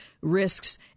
risks